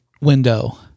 window